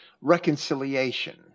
reconciliation